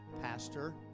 pastor